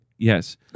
Yes